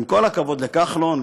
עם כל הכבוד לכחלון,